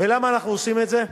ולמה אנחנו עושים את זה?